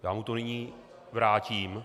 Já mu to nyní vrátím.